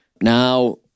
Now